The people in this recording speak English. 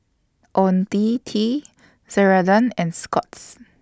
Ionil T Ceradan and Scott's